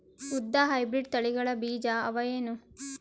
ಉದ್ದ ಹೈಬ್ರಿಡ್ ತಳಿಗಳ ಬೀಜ ಅವ ಏನು?